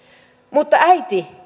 mutta äiti